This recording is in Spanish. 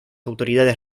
autoridades